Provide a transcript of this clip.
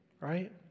right